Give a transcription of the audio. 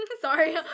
sorry